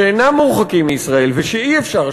שאינם מורחקים מישראל ושאי-אפשר,